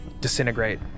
disintegrate